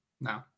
No